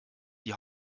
die